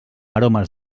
aromes